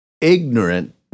ignorant